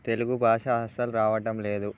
తెలుగు భాష అస్సలు రావడం లేదు